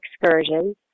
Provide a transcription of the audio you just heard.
excursions